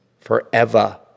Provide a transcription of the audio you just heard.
forever